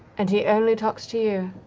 and he only talks to you?